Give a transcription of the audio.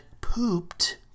pooped